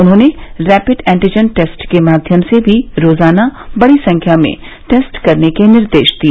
उन्होंने rapid antigen test के माध्यम से भी रोजाना बड़ी संख्या में टेस्ट करने के निर्देश दिए